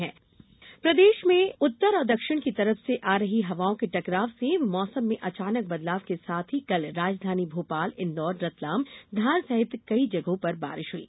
मौसम प्रदेश में प्रदेश में उत्तर और दक्षिण की तरफ से आ रही हवाओं के टकराव से मौसम में अचानक बदलाव के साथ ही कल राजधानी भोपाल इन्दौर रतलाम धार सहित कई जगहों पर बारिश हुई